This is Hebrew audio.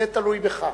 זה תלוי בך.